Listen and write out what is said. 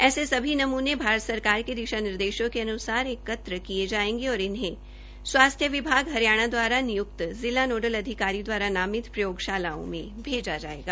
ऐसे सभी नमने भारत सरकार के दिशा निर्देशों के अनुसार एकत्र किए जाएंगे और इन्हें स्वास्थ्य विभाग हरियाणा दवारा नियुक्त जिला नोडल अधिकारी दवारा नामित प्रयोगशालाओं में भेजा जाएगा